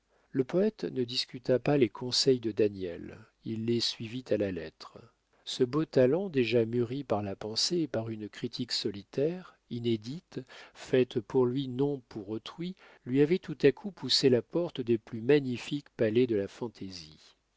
le poète ne discuta pas les conseils de daniel il les suivit à la lettre ce beau talent déjà mûri par la pensée et par une critique solitaire inédite faite pour lui non pour autrui lui avait tout à coup poussé la porte des plus magnifiques palais de la fantaisie